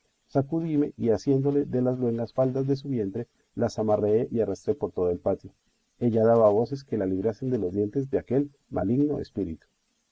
sacudíme y asiéndole de las luengas faldas de su vientre la zamarreé y arrastré por todo el patio ella daba voces que la librasen de los dientes de aquel maligno espíritu